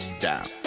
down